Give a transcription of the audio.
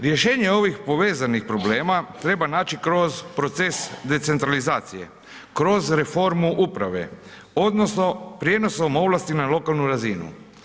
Rješenje povezanih problema treba naći kroz proces decentralizacije, kroz reformu uprave, odnosno, prijenosom ovlasti na lokalnu razinu.